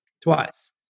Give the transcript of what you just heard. Twice